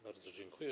Bardzo dziękuję.